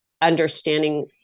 understanding